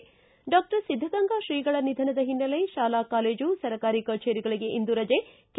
ಿ ಡಾಕ್ಟರ್ ಸಿದ್ಧಗಂಗಾ ಶ್ರೀಗಳ ನಿಧನದ ಹಿನ್ನೆಲೆ ಶಾಲಾ ಕಾಲೇಜು ಸರ್ಕಾರಿ ಕಚೇರಿಗಳಿಗೆ ಇಂದು ರಜೆ ಕೆ